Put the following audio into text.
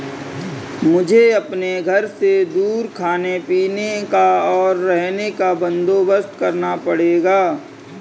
मुझे अपने घर से दूर खाने पीने का, और रहने का बंदोबस्त करना पड़ेगा